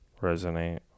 resonate